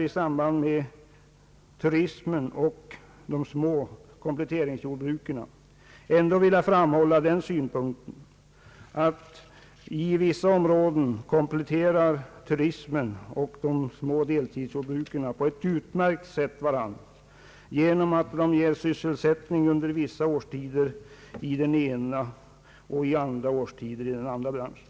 I anslutning därtill vill jag framhålla att turismen i kombination med de små kompletteringsjordbruken i vissa områden ger människor sysselsättning, under vissa årstider i den ena branschen och under den övriga delen av året i den andra branschen.